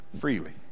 freely